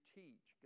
teach